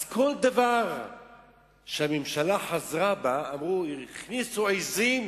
אז כל דבר שהממשלה חזרה בה, אמרו שהכניסו עזים.